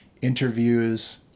interviews